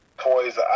Toys